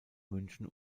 münchen